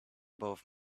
both